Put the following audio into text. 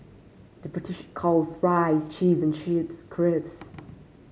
the British calls fries chips and chips crisps